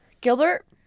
Gilbert